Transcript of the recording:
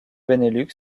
benelux